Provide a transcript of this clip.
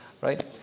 right